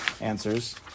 answers